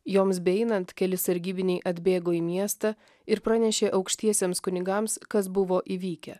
joms beeinant keli sargybiniai atbėgo į miestą ir pranešė aukštiesiems kunigams kas buvo įvykę